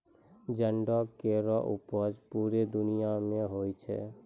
जंडो केरो उपज पूरे दुनिया म होय छै